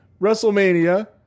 Wrestlemania